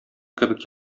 кебек